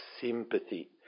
sympathy